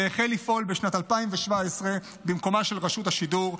והחל לפעול בשנת 2017 במקומה של רשות השידור,